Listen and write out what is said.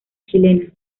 chilena